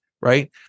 right